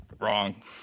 wrong